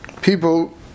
people